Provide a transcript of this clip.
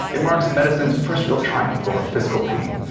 it marks medicine's first real triumph over physical pain,